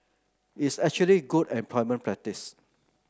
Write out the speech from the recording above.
it's actually good employment practice